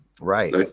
right